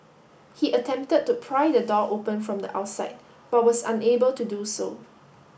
he attempted to pry the door open from the outside but was unable to do so